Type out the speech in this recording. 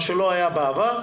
מה שלא היה בעבר,